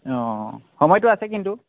অঁ সময়টো আছে কিন্তু